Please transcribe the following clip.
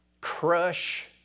crush